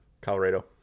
Colorado